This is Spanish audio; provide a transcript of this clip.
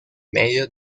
medio